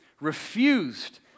refused